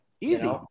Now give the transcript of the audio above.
Easy